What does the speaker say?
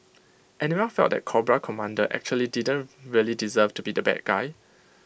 anyone felt that Cobra Commander actually didn't really deserve to be the bad guy